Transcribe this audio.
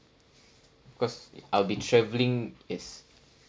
because I'll be travelling yes